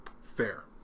Fair